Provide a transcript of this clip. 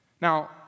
Now